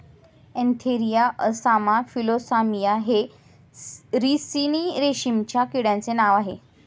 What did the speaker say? Antheraea assama Philosamia हे ricini रेशीमच्या किड्यांचे नाव आह